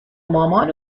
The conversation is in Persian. مامان